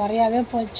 குறையாவே போச்சு